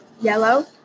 yellow